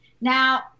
Now